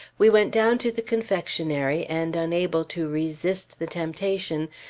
we went down to the confectionery and unable to resist the temptation,